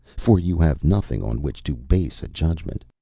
for you have nothing on which to base a judgment.